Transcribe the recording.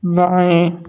बाएं